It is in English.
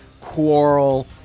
quarrel